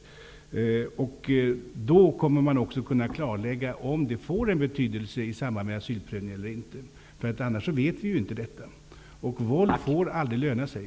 Gör man det, kommer man också att kunna klarlägga om våldsincidenterna får en betydelse i samband med asylprövning eller inte. I annat fall vet vi inte detta. Våld får aldrig löna sig.